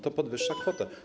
To podwyższa kwotę.